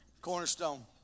Cornerstone